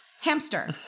Hamster